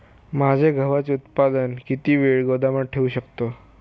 माझे गव्हाचे उत्पादन किती वेळ गोदामात ठेवू शकतो?